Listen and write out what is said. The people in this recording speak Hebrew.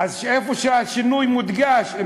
אז איפה שהשינוי מודגש,